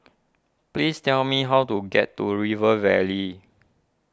please tell me how to get to River Valley